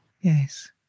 yes